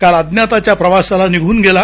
काल अज्ञाताच्या प्रवासाला निघून गेला